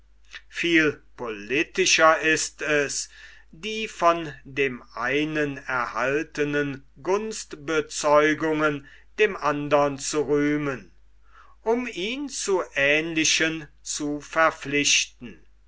viel politischer ist es die von dem einen erhaltenen gunstbezeugungen dem andern zu rühmen um ihn zu ähnlichen zu verpflichten